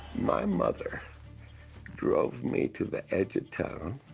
my mother drove me to the edge of town,